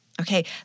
Okay